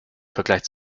vergleich